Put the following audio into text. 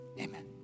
amen